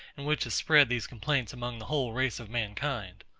and which has spread these complaints among the whole race of mankind.